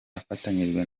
afatanyije